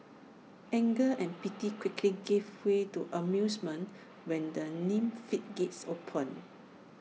anger and pity quickly gave way to amusement when the meme floodgates opened